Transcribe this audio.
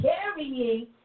carrying